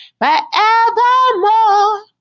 forevermore